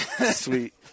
Sweet